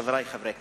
חברי חברי הכנסת,